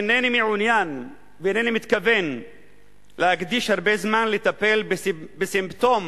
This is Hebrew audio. אינני מעוניין ואינני מתכוון להקדיש הרבה זמן לטפל בסימפטום